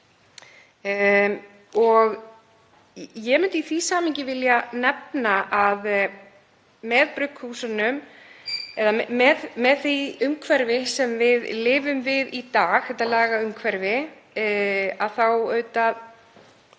Ég myndi í því samhengi vilja nefna að með brugghúsunum eða því umhverfi sem við lifum í í dag, þessu lagaumhverfi, hallar auðvitað